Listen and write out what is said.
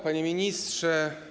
Panie Ministrze!